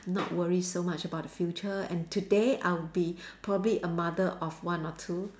not worry so much the future and today I would be probably a mother of one or two